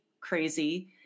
crazy